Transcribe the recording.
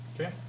Okay